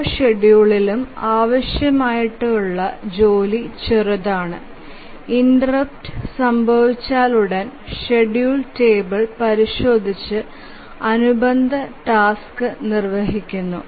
ഓരോ ഷെഡ്യൂളിലും ആവശ്യമുള്ള ജോലി ചെറുതാണ് ഇന്റെര്പ്ട് സംഭവിച്ചയുടൻ ഷെഡ്യൂൾ ടേബിൾ പരിശോധിച്ച് അനുബന്ധ ടാസ്ക് നിർവ്വഹിക്കുന്നു